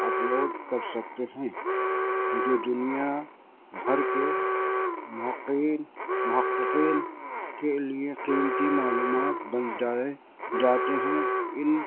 upload کر سکتے ہیں جو دنیا بھر کے محققین کے لیے قیمتی معلومات بن جائے جاتے ہیں ان